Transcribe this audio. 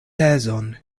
tezon